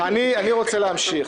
אני רוצה להמשיך.